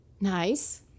nice